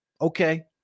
okay